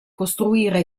costruire